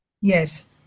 Yes